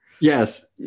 Yes